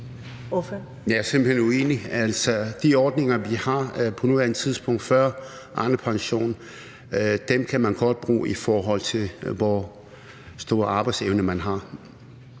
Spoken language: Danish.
Jeg er simpelt hen uenig. De ordninger, vi har på nuværende tidspunkt, altså før Arnepensionen, kan man godt bruge, i forhold til hvor stor arbejdsevne man har.